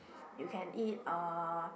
you can eat uh